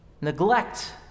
neglect